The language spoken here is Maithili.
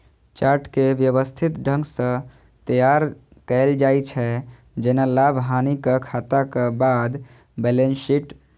चार्ट कें व्यवस्थित ढंग सं तैयार कैल जाइ छै, जेना लाभ, हानिक खाताक बाद बैलेंस शीट